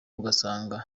ugasanga